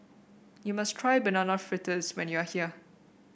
you must try Banana Fritters when you are here